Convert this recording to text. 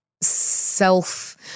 self